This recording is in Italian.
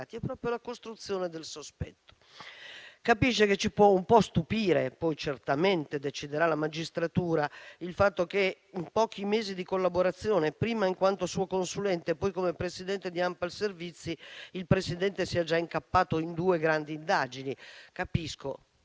diversa dall'essere indagati. Capisce che ci può un po' stupire - poi certamente deciderà la magistratura - il fatto che in pochi mesi di collaborazione, prima in quanto suo consulente, poi come presidente di ANPAL Servizi, il presidente sia già incappato in due grandi indagini. Capisco